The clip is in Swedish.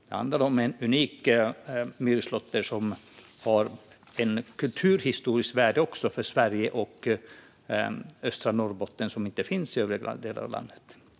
Det handlar om en unik myrslåtter som har ett kulturhistoriskt värde för Sverige och östra Norrbotten som inte finns i övriga delar av landet.